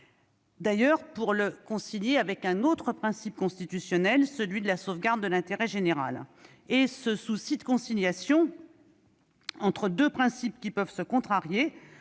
d'encadrer pour le concilier avec un autre principe constitutionnel : la sauvegarde de l'intérêt général. Ce souci de conciliation entre deux principes pouvant se contrarier